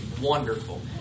wonderful